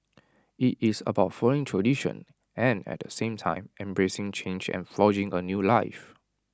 IT is about following tradition and at the same time embracing change and forging A new life